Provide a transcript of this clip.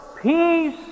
Peace